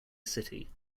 city